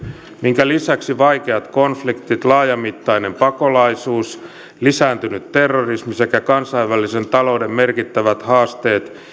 minkä lisäksi vaikeat konfliktit laajamittainen pakolaisuus lisääntynyt terrorismi sekä kansainvälisen talouden merkittävät haasteet